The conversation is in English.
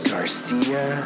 Garcia